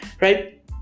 Right